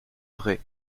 vrai